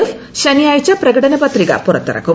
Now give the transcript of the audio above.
എഫ്ട് ശനിയാഴ്ച പ്രകടന പത്രിക പുറത്തിറക്കും